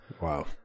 wow